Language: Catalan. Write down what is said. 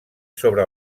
sobre